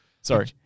Sorry